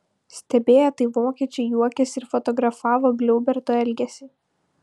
stebėję tai vokiečiai juokėsi ir fotografavo gliauberto elgesį